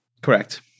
Correct